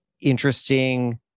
interesting